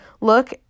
Look